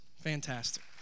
Fantastic